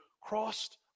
crossed